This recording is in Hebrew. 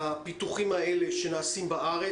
לפיתוחים האלה שנעשים בארץ.